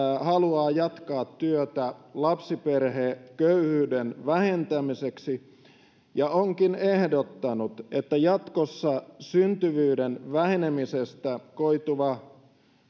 haluaa jatkaa työtä lapsiperheköyhyyden vähentämiseksi ja onkin ehdottanut että jatkossa syntyvyyden vähenemisestä koituva